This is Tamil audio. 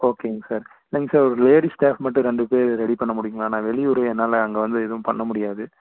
ஓகேங்க சார் இல்லைங்க சார் ஒரு லேடீஸ் ஸ்டாஃப் மட்டும் ரெண்டு பேர் ரெடி பண்ண முடியுங்களா நான் வெளியூர் என்னால் அங்கே வந்து எதுவும் பண்ண முடியாது